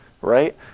right